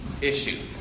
issue